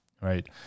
right